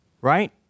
right